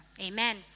Amen